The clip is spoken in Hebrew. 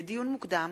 לדיון מוקדם: